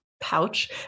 Pouch